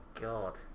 god